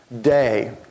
day